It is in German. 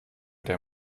der